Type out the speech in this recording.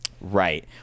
Right